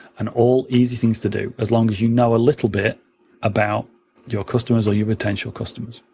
and all easy things to do as long as you know a little bit about your customers or your potential customers.